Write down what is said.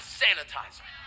sanitizer